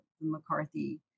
McCarthy